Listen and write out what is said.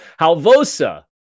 Halvosa